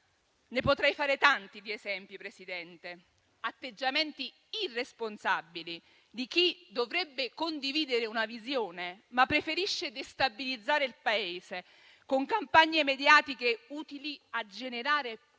Ne potrei fare tanti di esempi, signor Presidente: atteggiamenti irresponsabili di chi dovrebbe condividere una visione, ma preferisce destabilizzare il Paese con campagne mediatiche, utili solo a generare paura